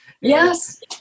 yes